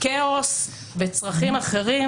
כאוס וצרכים אחרים,